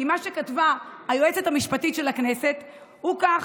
כי מה שכתבה היועצת המשפטית של הכנסת הוא כך: